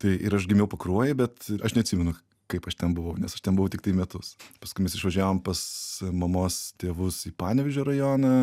tai ir aš gimiau pakruojy bet aš neatsimenu kaip aš ten buvau nes aš ten buvau tiktai metus paskui mes išvažiavom pas mamos tėvus į panevėžio rajoną